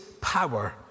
power